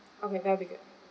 okay that will be good